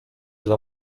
dla